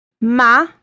Ma